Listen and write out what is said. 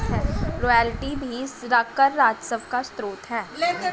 royalty भी कर राजस्व का स्रोत है